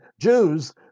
Jews